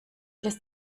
lässt